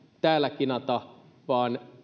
täällä kinata vaan